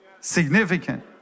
significant